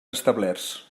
establerts